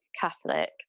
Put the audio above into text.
catholic